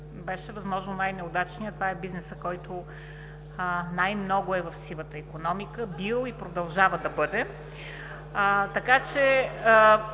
беше възможно най-неудачният. Това е бизнесът, който най-много е бил в сивата икономика и продължава да бъде, така че